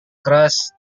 keras